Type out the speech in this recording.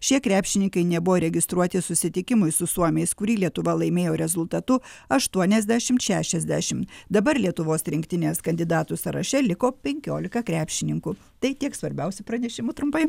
šie krepšininkai nebuvo registruoti susitikimui su suomiais kurį lietuva laimėjo rezultatu aštuoniasdešimt šešiasdešim dabar lietuvos rinktinės kandidatų sąraše liko penkiolika krepšininkų tai tiek svarbiausių pranešimų trumpai